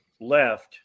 left